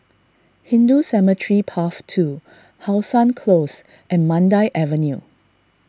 Hindu Cemetery Path two How Sun Close and Mandai Avenue